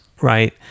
right